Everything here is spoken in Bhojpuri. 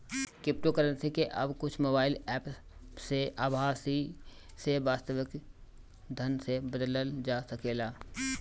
क्रिप्टोकरेंसी के अब कुछ मोबाईल एप्प से आभासी से वास्तविक धन में बदलल जा सकेला